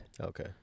Okay